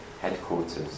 headquarters